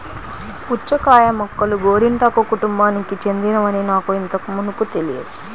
పుచ్చకాయ మొక్కలు గోరింటాకు కుటుంబానికి చెందినవని నాకు ఇంతకు మునుపు తెలియదు